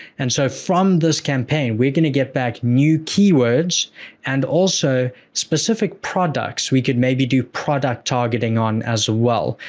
and so, from this campaign, we're going to get back new keywords and also specific products we could maybe do product targeting on as well,